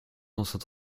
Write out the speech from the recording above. enceinte